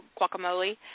guacamole